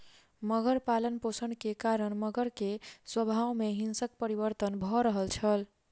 मगर पालनपोषण के कारण मगर के स्वभाव में हिंसक परिवर्तन भ रहल छल